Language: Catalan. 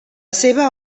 seva